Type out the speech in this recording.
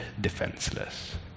defenseless